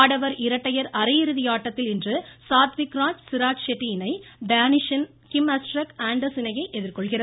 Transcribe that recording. ஆடவர் இரட்டையர் அரையிறுதி ஆட்டத்தில் இன்று சாத்வீக் ராஜ் சிராஜ் ஷெட்டி இணை டேனிஷின் கிம்அஸ்டரக் ஆண்டர்ஸ் இணையை எதிர்கொள்கிறது